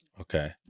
Okay